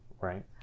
right